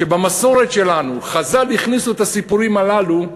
שבמסורת שלנו חז"ל הכניסו את הסיפורים הללו,